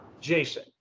Jason